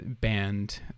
banned